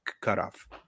cutoff